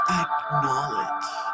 acknowledge